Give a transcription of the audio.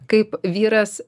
kaip vyras